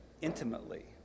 intimately